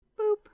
Boop